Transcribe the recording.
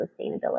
sustainability